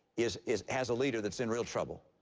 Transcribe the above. is is has a leader that's in real trouble.